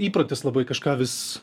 įprotis labai kažką vis